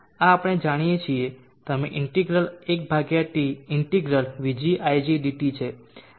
આ આપણે જાણીએ છીએ તમે integral 1t integral vg ig dt છે